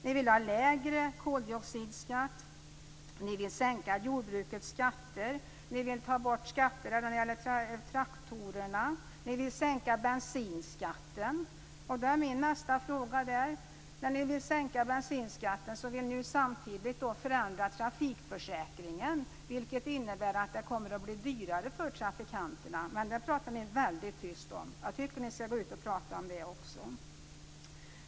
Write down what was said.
Ni vill ha lägre koldioxidskatt, ni vill sänka jordbrukets skatter, ni vill ta bort skatter när det gäller traktorerna, ni vill sänka bensinskatten. Min nästa fråga är: När ni vill sänka bensinskatten vill ni samtidigt förändra trafikförsäkringen, vilket innebär att det kommer att bli dyrare för trafikanterna? Men det pratar ni väldigt tyst om. Jag tycker att ni skall gå ut och prata om det också.